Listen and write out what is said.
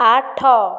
ଆଠ